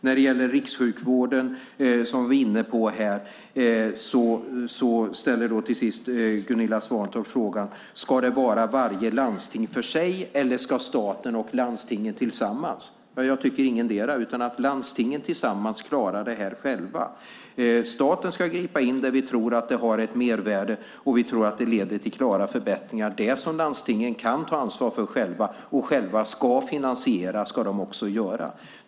När det gäller rikssjukvården undrar Gunilla Svantorp om det ska vara varje landsting för sig eller om staten och landstingen ska agera tillsammans. Jag tycker ingendera. Landstingen tillsammans klarar frågan själva. Staten ska gripa in där vi tror att det har ett mervärde och vi tror att det leder till klara förbättringar. Det som landstingen kan ta ansvar för själva och själva ska finansiera ska de också göra.